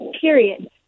period